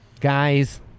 guys